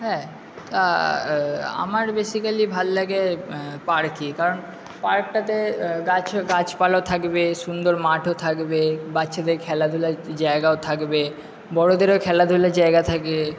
হ্যাঁ তা আমার বেসিকালি ভালো লাগে পার্কে কারণ পার্কটাতে গাছ গাছপালা থাকবে সুন্দর মাঠও থাকবে বাচ্চাদের খেলাধুলার জায়গাও থাকবে বড়োদেরও খেলাধুলার জায়গা থাকে